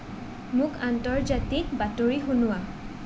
মোক আন্তৰ্জাতিক বাতৰি শুনোৱা